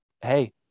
hey